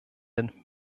den